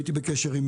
הייתי בקשר עם